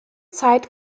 zeit